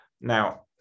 Now